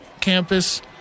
campus